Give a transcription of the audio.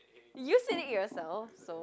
you said it yourself so